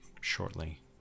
shortly